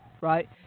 right